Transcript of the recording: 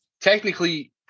technically